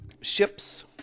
ships